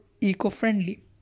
eco-friendly